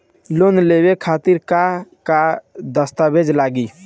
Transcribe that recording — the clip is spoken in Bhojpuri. लोन लेवे खातिर का का दस्तावेज लागी?